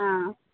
ఆ